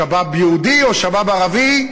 "שבאב" יהודי או "שבאב" ערבי,